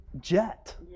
jet